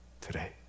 today